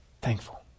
thankful